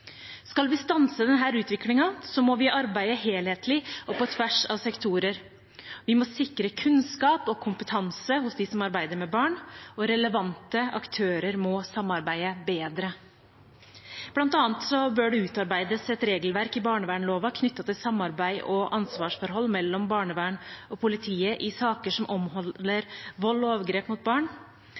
Skal vi stanse denne utviklingen, må vi arbeide helhetlig og på tvers av sektorer. Vi må sikre kunnskap og kompetanse hos dem som arbeider med barn, og relevante aktører må samarbeide bedre. Blant annet bør det utarbeides et regelverk i barnevernloven knyttet til samarbeid og ansvarsforhold mellom barnevern og politi i saker som omhandler vold og overgrep mot barn.